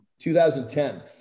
2010